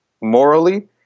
morally